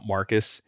Marcus